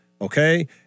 Okay